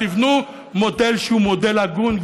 תבנו מודל שהוא מודל הגון,